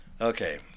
Okay